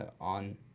on